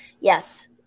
yes